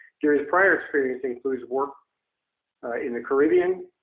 gary's prior experience includes work in the caribbean,